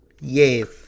Yes